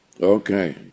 Okay